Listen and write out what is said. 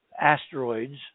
asteroids